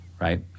Right